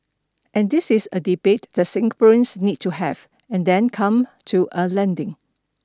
and this is a debate that Singaporeans need to have and then come to a landing